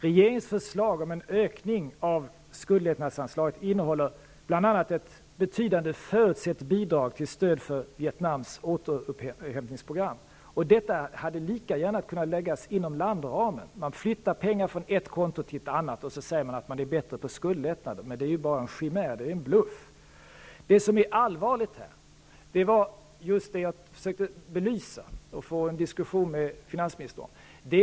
Regeringens förslag om en ökning av skuldlättnadsanslaget innehåller bl.a. ett betydande förutsatt bidrag till stöd för Vietnams återupphämtningsprogram. Detta hade lika gärna kunnat läggas inom landramen. Att flytta pengar från ett konto till ett annat och sedan säga att man är bättre på skuldlättnader är bara en chimär. Det är en bluff. Det som här är allvarligt är just det som jag försökte belysa och få en diskussion med finansminstern om.